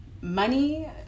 money